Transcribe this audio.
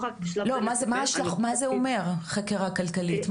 מה זה אומר חקירה כלכלית?